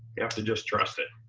you have to just trust it.